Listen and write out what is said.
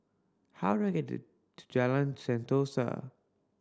how do I get to Jalan Sentosa